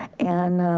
and